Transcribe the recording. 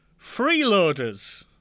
Freeloaders